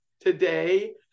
today